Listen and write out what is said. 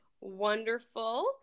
Wonderful